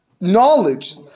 knowledge